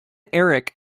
eric